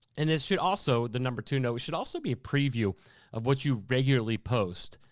and it should also, the number two note, it should also be a preview of what you regularly post.